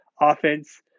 offense